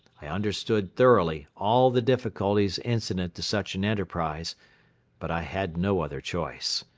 i understood thoroughly all the difficulties incident to such an enterprise but i had no other choice.